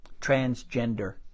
Transgender